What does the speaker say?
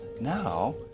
now